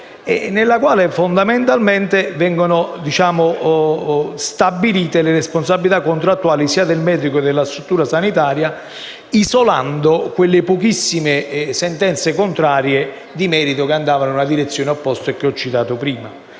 nella quale fondamentalmente vengono stabilite le responsabilità contrattuali sia del medico che della struttura sanitaria, isolando quelle pochissime sentenze contrarie di merito che andavano nella direzione opposta e che ho citato prima.